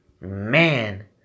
man